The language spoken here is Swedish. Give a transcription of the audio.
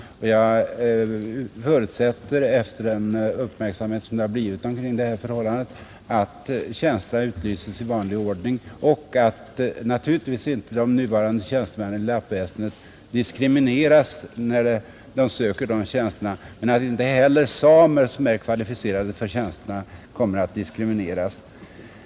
Jag förutsätter, efter den uppmärksamhet som detta förhållande har väckt, att tjänsterna utlyses i vanlig ordning och naturligtvis att inte de nuvarande tjänstemännen inom lappväsendet diskrimineras när de söker dessa tjänster men att inte heller samer som är kvalificerade för tjänsterna diskrimineras.